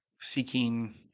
seeking